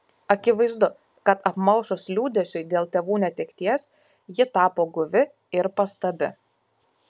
akivaizdu kad apmalšus liūdesiui dėl tėvų netekties ji tapo guvi ir pastabi